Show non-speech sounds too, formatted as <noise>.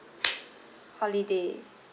<noise> holiday